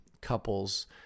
couples